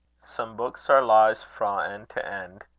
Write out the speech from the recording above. some books are lies frae end to end,